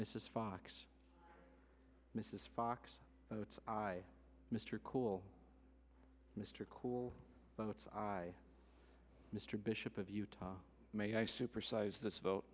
misses for ox mrs fox i mr cool mr cool that's i mr bishop of utah may i supersize this vote